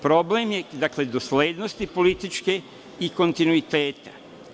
Problem je doslednosti političke i kontinuiteta.